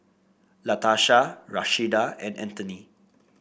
Latarsha Rashida and Anthony